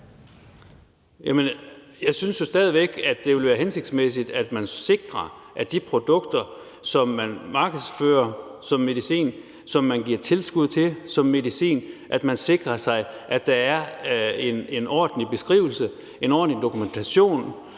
jeg synes jo stadig væk, at det vil være hensigtsmæssigt, at man sikrer sig, at der i forhold til det produkt, som man markedsfører som medicin, og som man giver tilskud til som medicin, er en ordentlig beskrivelse og en ordentlig dokumentation,